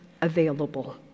available